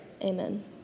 Amen